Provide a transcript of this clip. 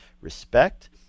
respect